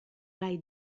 gai